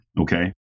okay